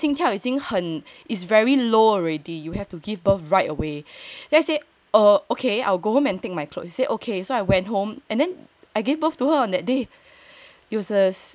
then I say oh okay I'll go home and take my clothes he say okay so I went home and then I gave birth to her on that day